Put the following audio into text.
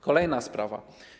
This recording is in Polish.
Kolejna sprawa.